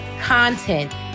content